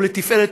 ולתפארת,